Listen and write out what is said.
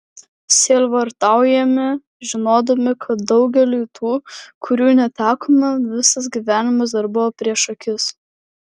sielvartaujame žinodami kad daugeliui tų kurių netekome visas gyvenimas dar buvo prieš akis